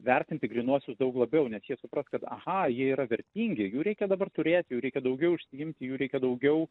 vertinti grynuosius daug labiau nes jie supras kad aha jie yra vertingi jų reikia dabar turėt jų reikia daugiau išsiimti jų reikia daugiau